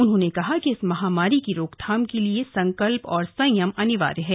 उन्होंने कहा कि इस महामारी की रोकथाम के लिए संकल्प और संयम अनिवार्य हैं